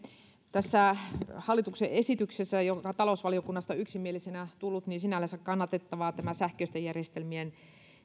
tässä hallituksen esityksessä joka on talousvaliokunnasta yksimielisenä tullut on sinällänsä kannatettavaa tämä sähköisten järjestelmien